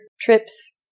trips